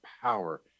power